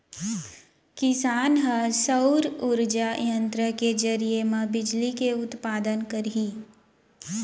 किसान ह सउर उरजा संयत्र के जरिए म बिजली के उत्पादन करही